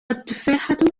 التفاحة